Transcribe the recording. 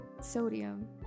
sodium